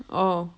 oh